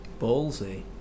Ballsy